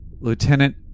Lieutenant